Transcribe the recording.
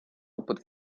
опыт